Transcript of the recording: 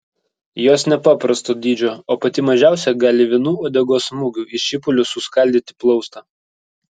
jos nepaprasto dydžio o pati mažiausia gali vienu uodegos smūgiu į šipulius suskaldyti plaustą